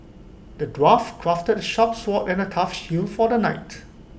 the dwarf crafted sharp sword and A tough shield for the knight